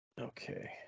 Okay